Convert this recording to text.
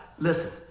Listen